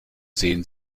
sehen